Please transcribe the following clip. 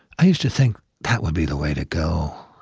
i used to think that would be the way to go,